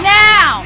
now